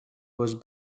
was